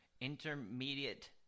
intermediate